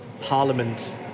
Parliament